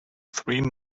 three